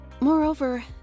Moreover